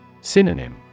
Synonym